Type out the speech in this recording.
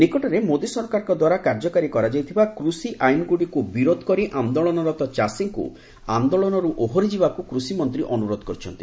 ନିକଟରେ ମୋଦୀ ସରକାରଙ୍କ ଦ୍ୱାରା କାର୍ଯ୍ୟକାରି କରାଯାଇଥିବା କୃଷି ଆଇନ୍ଗୁଡ଼ିକୁ ବିରୋଧ କରି ଆନ୍ଦୋଳନରତ ଚାଷୀଙ୍କୁ ଆନ୍ଦୋଳନରୁ ଓହରିଯିବାକୁ କୃଷିମନ୍ତ୍ରୀ ଅନୁରୋଧ କରିଛନ୍ତି